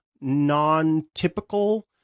non-typical